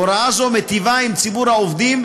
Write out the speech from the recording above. הוראה זו מיטיבה עם ציבור העובדים,